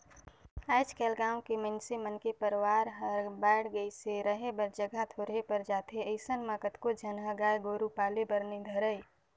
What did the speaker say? आयज कायल गाँव के मइनसे मन के परवार हर बायढ़ गईस हे, रहें बर जघा थोरहें पर जाथे अइसन म कतको झन ह गाय गोरु पाले बर नइ धरय